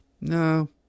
no